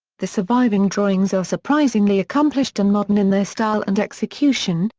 the surviving drawings are surprisingly accomplished and modern in their style and execution,